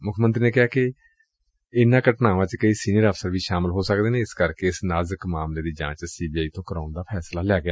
ਮੁੱਖ ਮੰਤਰੀ ਨੇ ਕਿਹਾ ਕਿ ਇਨੂਾਂ ਘਟਨਾਵਾਂ ਵਿੱਚ ਕਈ ਸੀਨੀਅਰ ਅਫਸਰ ਵੀ ਸ਼ਾਮਲ ਹੋ ਸਕਦੇ ਨੇ ਜਿਸ ਕਰਕੇ ਇਸ ਨਾਜ਼ੁਕ ਮਾਮਲੇ ਦੀ ਜਾਂਚ ਸੀਬੀਆਈ ਪਾਸੋਂ ਕਰਵਾਊਣ ਦਾ ਫੈਸਲਾ ਕੀਤਾ ਗਿਆ